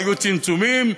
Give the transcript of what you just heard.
היו צמצומים.